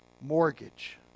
mortgage